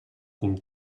cul